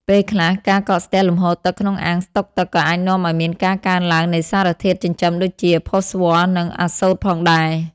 ពេលខ្លះការកកស្ទះលំហូរទឹកក្នុងអាងស្តុកទឹកក៏អាចនាំឱ្យមានការកើនឡើងនៃសារធាតុចិញ្ចឹមដូចជា ផូស្វ័រ និងអាសូតផងដែរ។